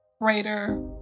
greater